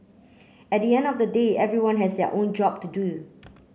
at the end of the day everyone has their own job to do